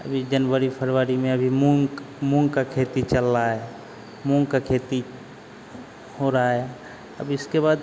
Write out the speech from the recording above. अभी जनवरी फरवरी में अभी मूंग मूंग का खेती चल रहा है मूंग का खेती हो रहा है अब इसके बाद